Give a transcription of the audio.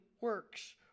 works